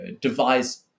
devise